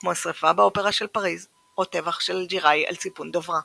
כמו השרפה באופרה של פריז או טבח של אלג'יראי על סיפון דוברה.